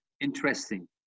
interesting